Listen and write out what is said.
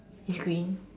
is green